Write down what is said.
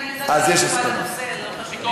אם אני יודעת, לא חשוב לי איפה.